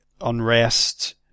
unrest